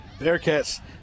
Bearcats